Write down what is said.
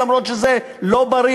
אף שזה לא בריא,